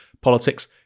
politics